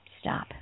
stop